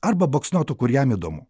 arba baksnotų kur jam įdomu